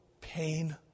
pain